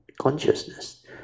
consciousness